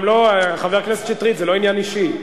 חבר הכנסת שטרית, זה לא עניין אישי.